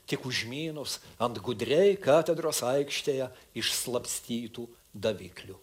tik užmynus ant gudriai katedros aikštėje išslapstytų daviklių